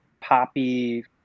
poppy